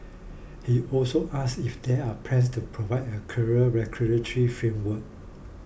he also asked if there are plans to provide a clearer regulatory framework